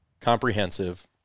comprehensive